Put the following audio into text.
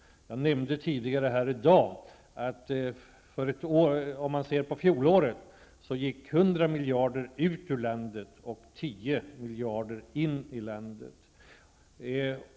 Jag nämnde tidigare här i dag att 100 miljarder försvann ut ur landet under fjolåret medan 10 miljarder kom in i landet.